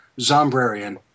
Zombrarian